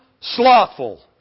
slothful